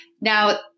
Now